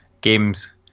games